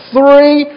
Three